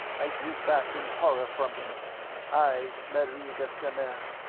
i drew back in horror from him i, marie de stamer,